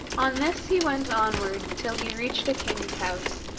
on this he went onward till he reached a king's house,